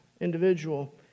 individual